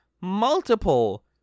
multiple